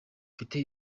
mfite